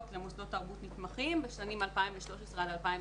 למוסדות תרבות נתמכים בשנים 2013 2017,